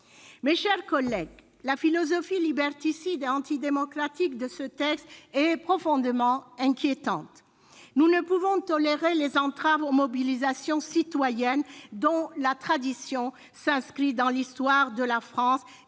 Mes chers collègues, la philosophie liberticide et antidémocratique de ce texte est profondément inquiétante. Nous ne pouvons tolérer les entraves aux mobilisations citoyennes, dont la tradition s'inscrit dans l'histoire de la France